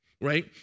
right